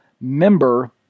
member